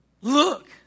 Look